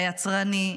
היצרני,